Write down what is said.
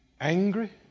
Angry